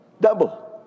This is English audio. Double